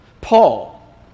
Paul